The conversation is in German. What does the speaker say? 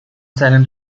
seinen